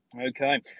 okay